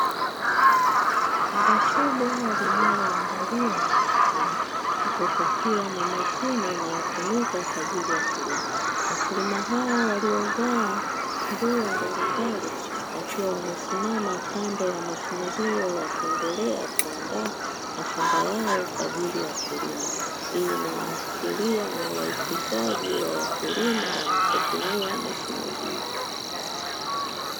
Shamba kubwa linaloandaliwa na wakulima, huku kukiwa na mashine inayotumika kwa ajili ya kulima. Wakulima hao waliovaa nguo mbalimbali wakiwa wamesimama kando ya mashine hiyo wakiendelea kuandaa mashamba yao kwa ajili ya kilimo, hii inaashiria ni urahisishaji wa wakulima wanapotumia mashine hizi.